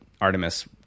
Artemis